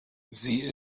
sie